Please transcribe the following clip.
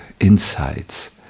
Insights